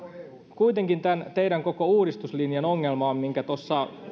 kuitenkin tämän teidän koko uudistuslinjanne ongelma on se minkä tuossa